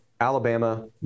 Alabama